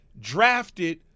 drafted